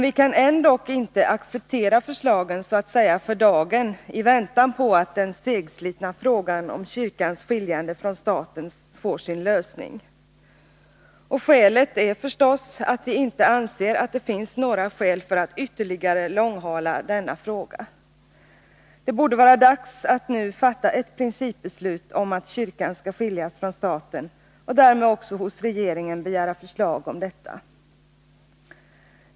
Vi kan ändock inte acceptera förslagen så att säga för dagen, i väntan på att den segslitna frågan om kyrkans skiljande från staten får sin lösning. Anledningen är förstås att vi inte anser att det finns några skäl för att ytterligare långhala denna fråga. Det borde vara dags att nu fatta ett principbeslut om att kyrkan skall skiljas från staten och därmed också att hos regeringen begära förslag om detta.